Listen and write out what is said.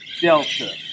Delta